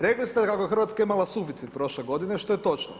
Rekli ste kako je Hrvatska imala suficit prošle godine što je točno.